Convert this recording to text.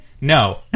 No